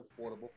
affordable